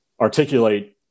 articulate